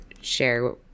share